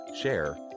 share